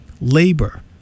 labor